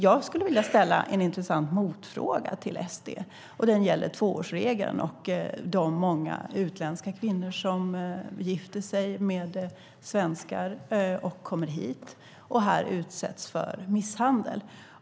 Jag skulle vilja ställa en intressant motfråga till SD. Den gäller tvåårsregeln och de många utländska kvinnor som gifter sig med svenskar, kommer hit och här utsätts för misshandel.